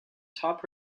top